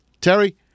Terry